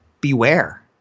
beware